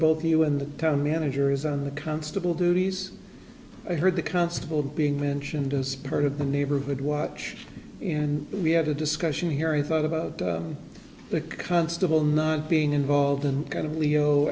both you and the town manager is on the constable duties i heard the constable being mentioned as part of the neighborhood watch and we had a discussion here i thought about the constable not being involved in kind of leo